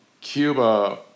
Cuba